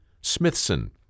smithson